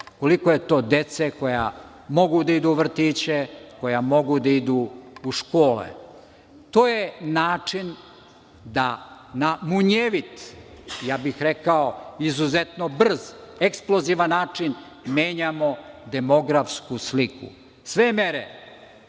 koliko je to dece koja mogu da idu u vrtiće, koja mogu da idu u škole. To je način da na munjevit, ja bih rekao izuzetno brz, eksplozivan način menjamo demografsku sliku. Sve mere,